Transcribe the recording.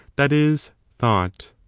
that is, thought.